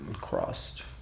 Crossed